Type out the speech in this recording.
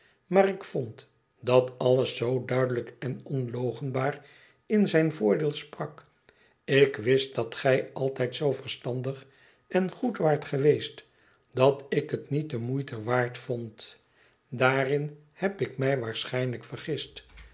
maar ik vond dat alles zoo duidelijk en onloochenbaar in zijn voordeel sprak ik wist dat gij altijd zoo verstandig en goed waart geweest dat ik het niet de moeite waard vond daarin heb ik mij waarschijnlijk vergist